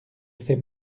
ses